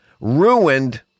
ruined